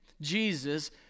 Jesus